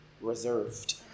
reserved